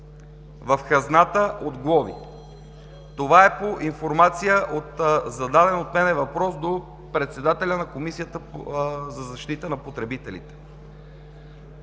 в хазната от глоби. Това е по информация на зададен от мен въпрос до председателя на Комисията за защита на потребителите.